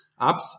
apps